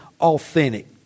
authentic